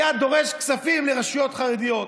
היה דורש כספים לרשויות חרדיות.